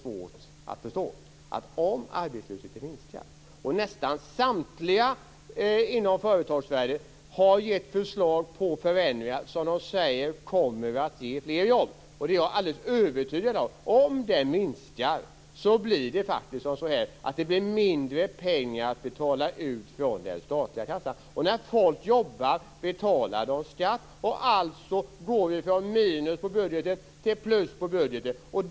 Nästan samtliga inom företagsvärlden har gett förslag på förändringar som de säger kommer att ge fler jobb. Jag är alldeles övertygad om att det blir mindre pengar att betala ut från den statliga kassan om arbetslösheten minskar. Det borde inte vara så svårt att förstå. När folk jobbar betalar de skatt. Alltså går vi från minus till plus i budgeten.